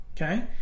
okay